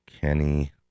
Kenny